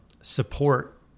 support